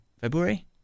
February